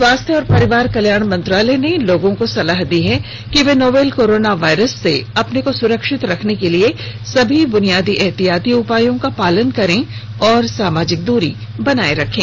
स्वास्थ्य और परिवार कल्याण मंत्रालय ने लोगों को सलाह दी है कि वे नोवल कोरोना वायरस से अपने को सुरक्षित रखने के लिए सभी बुनियादी एहतियाती उपायों का पालन करें और सामाजिक दूरी बनाए रखें